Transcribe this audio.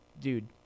dude